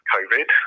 Covid